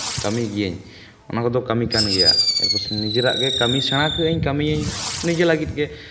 ᱠᱟᱹᱢᱤ ᱜᱮᱭᱟᱧ ᱚᱱᱟ ᱠᱚᱫᱚ ᱠᱟᱹᱢᱤ ᱠᱟᱱ ᱜᱮᱭᱟ ᱮᱨᱯᱚᱨ ᱱᱤᱡᱮᱨᱟᱜ ᱜᱮ ᱠᱟᱹᱢᱤ ᱥᱮᱬᱟ ᱠᱟᱜ ᱟᱹᱧ ᱠᱟᱹᱢᱤᱭᱟᱹᱧ ᱱᱤᱡᱮ ᱞᱟᱹᱜᱤᱫ ᱜᱮ